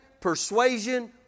persuasion